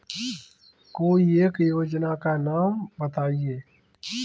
कोई एक योजना का नाम बताएँ?